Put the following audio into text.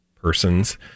person's